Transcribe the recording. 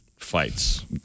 Fights